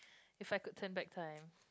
if I could turn back time